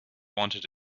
wanted